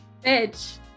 Bitch